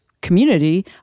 community